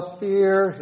fear